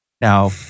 Now